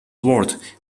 ward